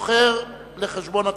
סוחר לחשבון עצמו),